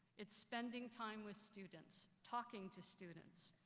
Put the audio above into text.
it's spending time with students. talking to students.